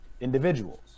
individuals